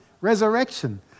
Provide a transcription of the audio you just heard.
Resurrection